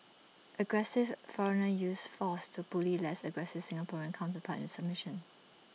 aggressive foreigner uses force to bully less aggressive Singaporean counterpart into submission